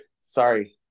Sorry